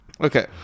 Okay